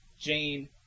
Jane